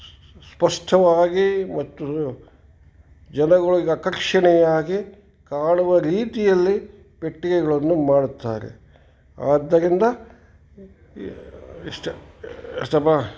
ಸ್ ಸ್ಪಷ್ಟವಾಗಿ ಮತ್ತು ಜನಗಳಿಗೆ ಆಕರ್ಷಣೀಯವಾಗಿ ಕಾಣುವ ರೀತಿಯಲ್ಲಿ ಪೆಟ್ಟಿಗೆಗಳನ್ನು ಮಾಡುತ್ತಾರೆ ಆದ್ದರಿಂದ ಇಷ್ಟೇ